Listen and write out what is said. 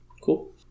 Cool